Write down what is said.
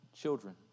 children